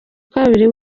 kabiri